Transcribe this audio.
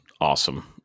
awesome